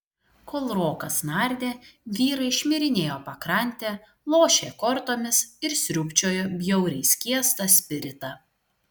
kol rokas nardė vyrai šmirinėjo pakrante lošė kortomis ir sriūbčiojo bjauriai skiestą spiritą